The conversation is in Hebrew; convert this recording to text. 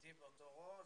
אתי באותו ראש,